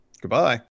Goodbye